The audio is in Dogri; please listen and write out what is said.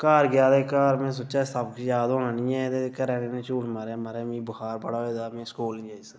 घर गेआ ते में सोचेआ सबक याद होना नेईं ऐ ते घरै आह्ले कन्नै झूठ मारेआ माराज मिगी बखार बड़ा होए दा ते में स्कूल नेईं जाई सकदा